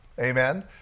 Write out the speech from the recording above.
Amen